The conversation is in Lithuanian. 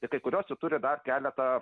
ir kai kurios jų turi dar keletą